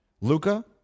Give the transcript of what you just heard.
Luca